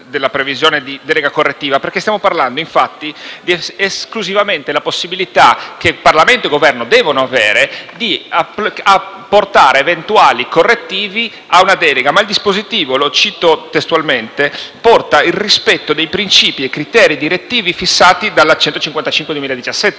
esclusivamente della possibilità che Parlamento e Governo devono avere di apportare eventuali correttivi a una delega. Ma il dispositivo - lo cito testualmente - reca «nel rispetto dei principi e criteri direttivi» fissati dalla legge n. 155 del 2017, cioè dalla legge delega istitutiva. Non c'è, quindi, una volontà